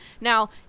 Now